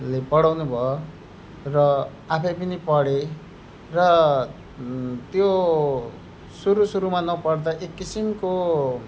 ले पढाउनु भयो र आफै पनि पढे र त्यो सुरु सुरुमा नपढ्दा एक किसिमको